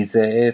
גזעי עץ,